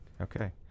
Okay